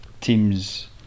Teams